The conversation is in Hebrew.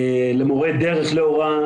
למורי דרך להוראה,